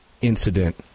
incident